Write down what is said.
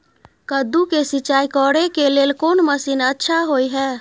कद्दू के सिंचाई करे के लेल कोन मसीन अच्छा होय है?